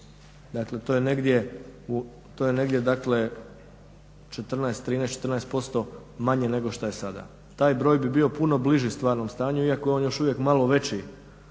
Dakle, to je negdje dakle 13, 14% manje nego što je sada. Taj broj bi bio puno bliži stvarnom stanju iako je on još uvijek malo veći